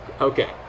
Okay